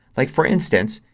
like, for instance,